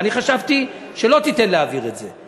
אני חשבתי שלא תיתן להעביר את זה.